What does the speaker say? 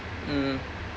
mm